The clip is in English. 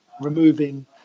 removing